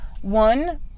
one